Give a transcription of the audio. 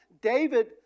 David